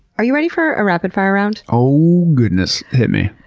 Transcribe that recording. are you ready for a rapid-fire round? oh, goodness. hit me.